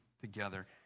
together